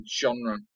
genre